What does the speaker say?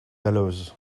dalloz